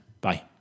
Bye